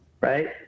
Right